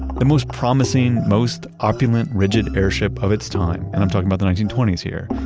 the most promising, most opulent rigid airship of its time and i'm talking about the nineteen twenty s here,